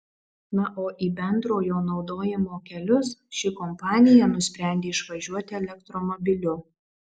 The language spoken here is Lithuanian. na o į bendrojo naudojimo kelius ši kompanija nusprendė išvažiuoti elektromobiliu